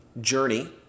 journey